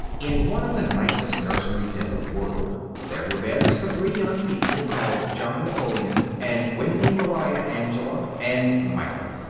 in one of the nicest nurseries in the world there were beds for three young people called john napoleon, and wendy moira angela, and michael,